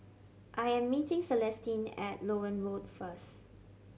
I am meeting Celestine at Loewen Road first